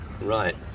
Right